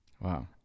Wow